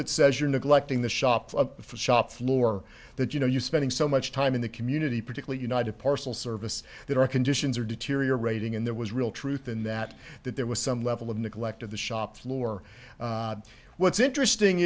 that says you're neglecting the shops for shop floor that you know you're spending so much time in the community particularly united parcel service that our conditions are deteriorating and there was real truth in that that there was some level of neglect of the shop floor what's interesting